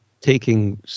taking